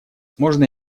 можно